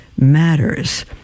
matters